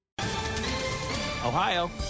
Ohio